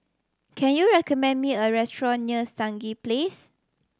can you recommend me a restaurant near Stangee Place